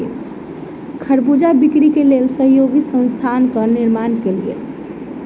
खरबूजा बिक्री के लेल सहयोगी संस्थानक निर्माण कयल गेल